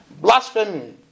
blasphemy